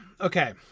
Okay